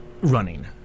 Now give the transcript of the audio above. running